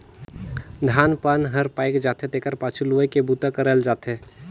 धान पान हर पायक जाथे तेखर पाछू लुवई के बूता करल जाथे